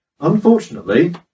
Unfortunately